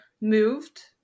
moved